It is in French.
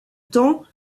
temps